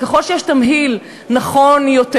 ככל שיש תמהיל נכון יותר,